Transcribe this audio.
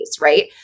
right